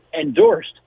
endorsed